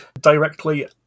directly